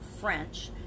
French